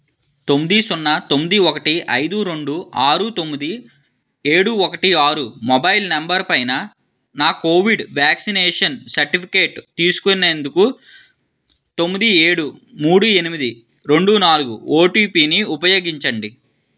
తొమ్మిది సున్నా తొమ్మిది ఒకటి ఐదు రెండు ఆరు తొమ్మిది ఏడు ఒకటి ఆరు మొబైల్ నంబరుపైన నా కోవిడ్ వ్యాక్సినేషన్ సర్టిఫికేట్ తీసుకునేందుకు తొమ్మిది ఏడు మూడు ఎనిమిది రెండు నాలుగు ఓటీపీని ఉపయోగించండి